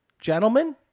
gentlemen